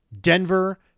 Denver